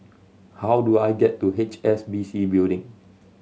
how do I get to H S B C Building